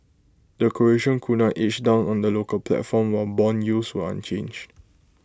the Croatian Kuna edged down on the local platform while Bond yields were unchanged